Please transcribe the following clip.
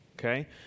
Okay